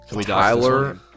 Tyler